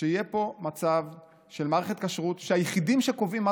שיהיה פה מצב של מערכת כשרות שבה היחידה שקובעת מה